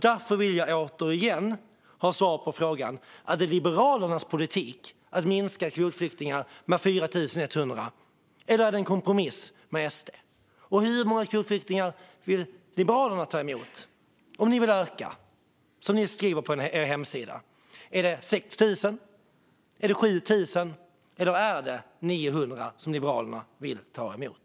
Därför vill jag återigen ha svar på frågan om det är Liberalernas politik att minska antalet kvotflyktingar med 4 100. Eller är det en kompromiss med SD? Hur många kvotflyktingar vill Liberalerna ta emot? Om ni nu vill öka antalet kvotflyktingar, Mauricio Rojas, vilket ni skriver på er hemsida - är det 6 000, 7 000 eller 900 som Liberalerna vill ta emot?